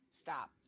Stop